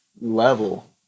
level